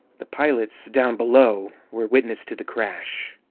the pilots down below were witness to the crash.